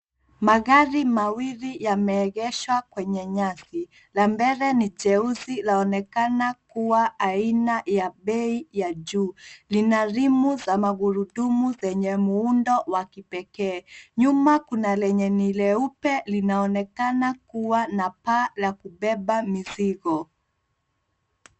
Magari mawii yameegeshwa kwenye nyasi, la mbele ni jeusi laonekana kuwa aina ya bei ya juu .Lina rimu za magurudumu zenye muundo wa kipekee, nyuma kuna lenye ni leupe linaonekana kuwa na paa la kubeba mizigo.